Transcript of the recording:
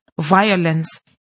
violence